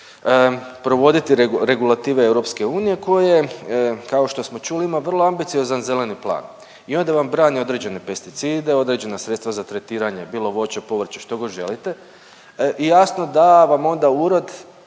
provoditi regulative EU koje kao što smo čuli ima vrlo ambiciozan zeleni plan. I onda vam brani određene pesticide, određena sredstva za tretiranje bilo voća, povrća što god želite i jasno da vam onda urod